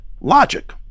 logic